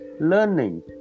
learning